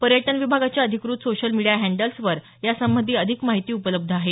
पर्यटन विभागाच्या अधिकृत सोशल मीडिया हँडल्सवर यासंबंधी अधिक माहिती उपलब्ध आहे